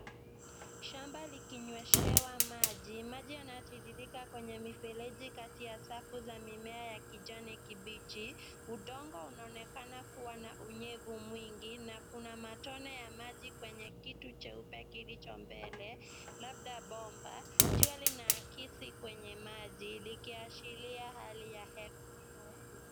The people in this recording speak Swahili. Shamba likinyweshewa maji. Maji yanatiririka kwenye mifereji kati ya safu za mimea ya kijani kibichi. Udongo unaonekana kuwa na unyevu mwingi na kuna matone ya maji kwenye kitu cheupe kilicho mbele, labda bomba. Jua linaakisi kwenye maji likiashiria hali ya hewa safi.